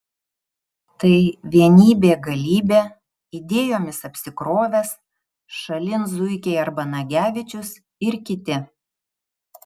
tai vienybė galybė idėjomis apsikrovęs šalin zuikiai arba nagevičius ir kiti